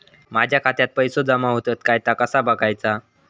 माझ्या खात्यात पैसो जमा होतत काय ता कसा बगायचा?